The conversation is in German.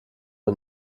mit